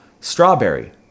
strawberry